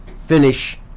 finish